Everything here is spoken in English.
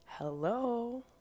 Hello